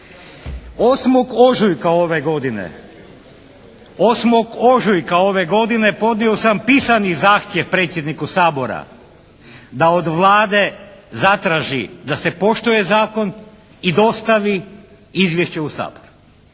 8. ožujka ove godine podnio sam pisani zahtjev predsjedniku Sabora da od Vlade zatraži da se poštuje zakon i dostavi izvješće u Sabor